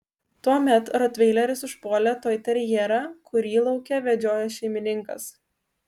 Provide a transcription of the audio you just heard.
tuomet rotveileris užpuolė toiterjerą kurį lauke vedžiojo šeimininkas